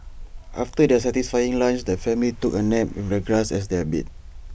after their satisfying lunch the family took A nap with the grass as their bed